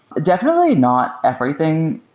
definitely not everything.